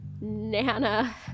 Nana